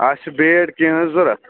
اَسہِ چھِ بیٹ کیٚنہہ حظ ضوٚرَتھ